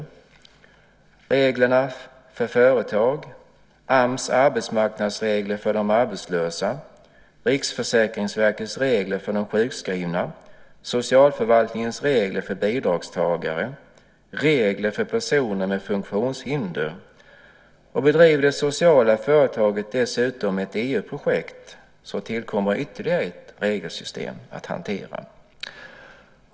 Det är reglerna för företag, AMS arbetsmarknadsregler för de arbetslösa, Riksförsäkringsverkets regler för de sjukskrivna, socialförvaltningens regler för bidragstagare och regler för personer med funktionshinder. Om det sociala företaget dessutom bedriver ett EU-projekt tillkommer ytterligare ett regelsystem att hantera.